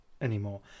anymore